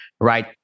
right